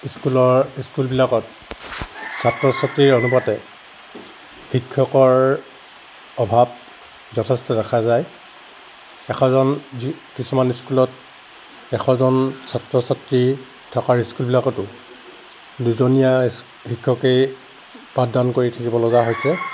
স্কুলৰ স্কুলবিলাকত ছাত্ৰ ছাত্ৰীৰ অনুপাতে শিক্ষকৰ অভাৱ যথেষ্ট দেখা যায় এশজন যি কিছুমান স্কুলত এশজন ছাত্ৰ ছাত্ৰী থকা স্কুলবিলাকতো দুজনীয়া শিক্ষকেই পাঠদান কৰি থাকিব লগা হৈছে